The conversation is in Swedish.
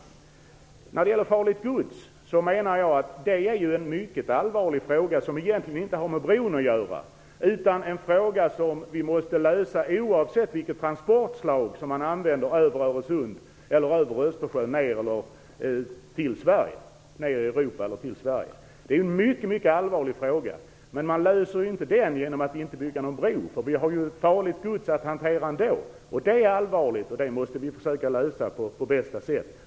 Frågan om allvarligt gods menar jag är en fråga som egentligen inte har med bron att göra, utan det är en fråga som vi måste lösa oavsett vilket transportslag som används över Öresund eller över Östersjön till södra Europa eller till Sverige. Detta är en mycket allvarlig fråga. Men man löser den ju inte genom att inte bygga någon bro, för vi har ju ändå farligt gods att hantera. Det är allvarligt, och det måste vi försöka att lösa på bästa sätt.